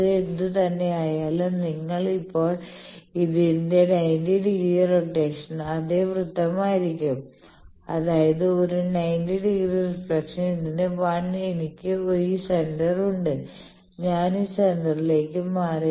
അത് എന്തുതന്നെ ആയാലും നിങ്ങൾ ഇപ്പോൾ ഇതിന്റെ 90 ഡിഗ്രി റൊട്ടേഷൻ അതേ വൃത്തമായിരിക്കും അതായത് ഒരു 90 ഡിഗ്രി റിഫ്ലക്ഷൻ ഇതിന് 1 എനിക്ക് ഈ സെന്റർ ഉണ്ട് ഞാൻ ഈ സെന്റർലേക്ക് മാറി